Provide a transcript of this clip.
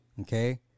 Okay